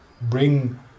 bring